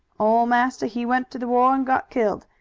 ole massa he went to the war and got killed.